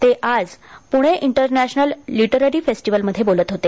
ते आज Pune international literary फेस्टिव्हलमध्ये बोलत होते